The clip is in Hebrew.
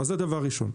אז זה דבר ראשון.